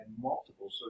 multiple